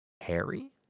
harry